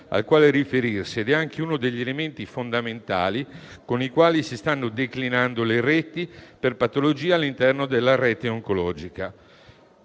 al quale riferirsi ed è anche uno degli elementi fondamentali con i quali si stanno declinando le reti per patologia all'interno della rete oncologica.